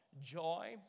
Joy